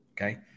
okay